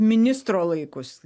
ministro laikus